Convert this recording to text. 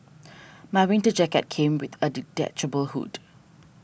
my winter jacket came with a detachable hood